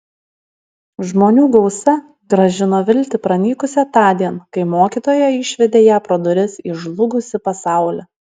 žmonių gausa grąžino viltį pranykusią tądien kai mokytoja išvedė ją pro duris į žlugusį pasaulį